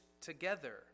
together